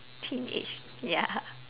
teenage ya